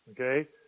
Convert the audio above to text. Okay